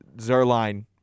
Zerline